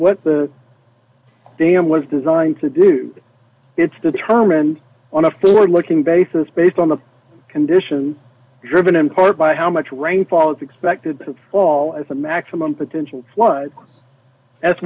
what dam was designed to do it's determined on a forward looking basis based on the conditions driven in part by how much rainfall is expected to fall as a maximum potential